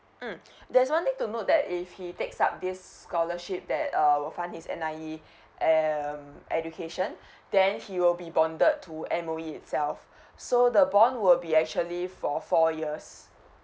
mm there's one thing to note that if he takes up this scholarship that err will fund his N_I_E um education then he will be bonded to M_O_E itself so the bond will be actually for four years